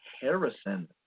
Harrison